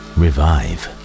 revive